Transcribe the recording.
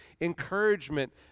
encouragement